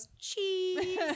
cheese